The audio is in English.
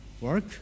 work